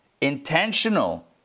intentional